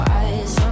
eyes